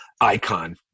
icon